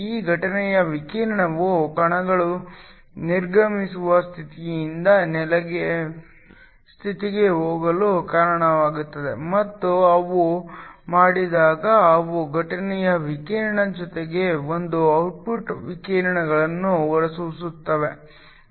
ಈ ಘಟನೆಯ ವಿಕಿರಣವು ಕಣಗಳು ನಿರ್ಗಮಿಸಿದ ಸ್ಥಿತಿಯಿಂದ ನೆಲದ ಸ್ಥಿತಿಗೆ ಹೋಗಲು ಕಾರಣವಾಗುತ್ತದೆ ಮತ್ತು ಅವು ಮಾಡಿದಾಗ ಅವು ಘಟನೆಯ ವಿಕಿರಣದ ಜೊತೆಗೆ ಒಂದು ಔಟ್ಪುಟ್ ವಿಕಿರಣಗಳನ್ನು ಹೊರಸೂಸುತ್ತವೆ